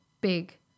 big